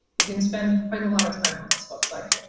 you can spend quiet a lot of time on this website.